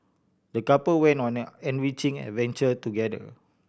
the couple went on an enriching adventure together